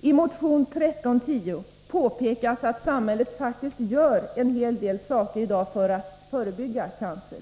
I motion 1310 påpekas att samhället faktiskt gör en hel del i dag för att förebygga cancer.